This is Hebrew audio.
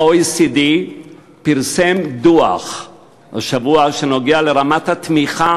ה-OECD פרסם השבוע דוח שנוגע לרמת התמיכה